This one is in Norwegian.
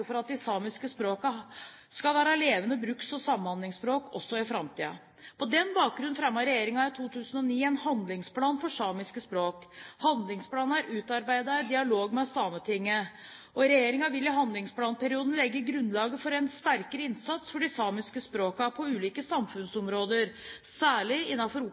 for at de samiske språkene skal være levende bruks- og samhandlingsspråk også i framtiden. På denne bakgrunn fremmet regjeringen i 2009 en handlingsplan for samiske språk. Handlingsplanen er utarbeidet i dialog med Sametinget. Regjeringen vil i handlingsplanperioden legge grunnlaget for en sterkere innsats for de samiske språkene på ulike samfunnsområder – særlig